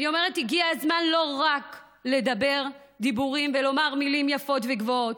אני אומרת שהגיע הזמן לא רק לדבר דיבורים ולומר מילים יפות וגבוהות.